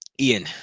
Ian